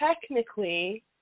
technically